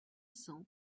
cents